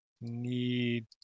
Need